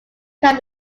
can